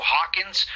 Hawkins